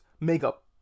makeup